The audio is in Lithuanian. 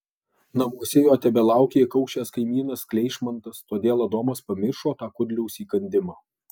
namuose jo tebelaukė įkaušęs kaimynas kleišmantas todėl adomas pamiršo tą kudliaus įkandimą